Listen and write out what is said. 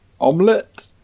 Omelette